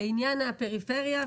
לעניין הפריפריה,